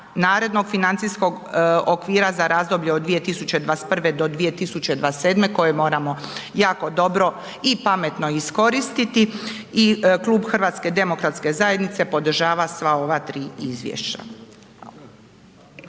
financijskog okvira za razdoblje od 2021.-2027. koje moramo jako dobro i pametno iskoristiti i Klub HDZ-a podržava sva ova 3 izvješća.